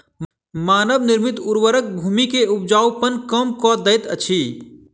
मानव निर्मित उर्वरक भूमि के उपजाऊपन कम कअ दैत अछि